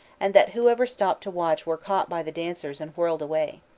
and that whoever stopped to watch were caught by the dancers and whirled away.